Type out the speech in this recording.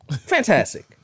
fantastic